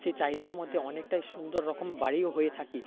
সেই চাহিদার মধ্যে অনেকটাই সুন্দর রকম বাড়িও হয়ে থাকে